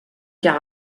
cas